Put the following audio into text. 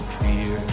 fear